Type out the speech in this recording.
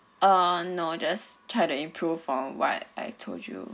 uh no just try to improve on what I told you